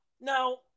now